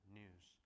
news